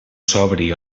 sobri